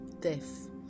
death